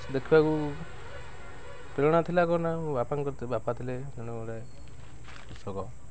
ଦେଖିବାକୁ ପ୍ରେରଣା ଥିଲା କଣ ନା ମୋ ବାପାଙ୍କ ବାପା ଥିଲେ ଜଣେ ଗୋଟେ କୃଷକ